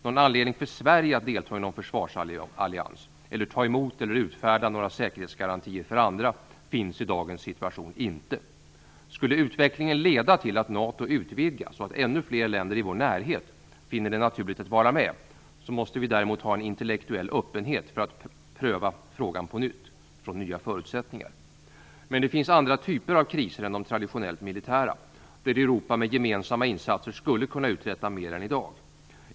Någon anledning för Sverige att delta i någon försvarsallians eller att ta emot eller utfärda några säkerhetsgarantier för andra länder finns i dagens situation inte. Skulle utvecklingen leda till att NATO utvidgas så att ännu fler länder i vår närhet finner det naturligt att vara med, måste vi däremot ha en intellektuell öppenhet för att pröva frågan på nytt från nya förutsättningar. Men det finns andra typer av kriser än de traditionellt militära, där Europa med gemensamma insatser skulle kunna uträtta mer än i dag.